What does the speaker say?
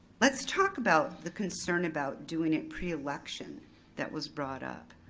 let's talk about the concern about doing it pre-election that was brought up.